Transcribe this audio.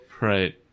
Right